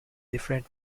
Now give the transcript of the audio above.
different